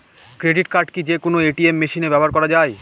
Credit card কি যে কোনো এ.টি.এম মেশিনে ব্যবহার করা য়ায়?